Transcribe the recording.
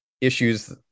issues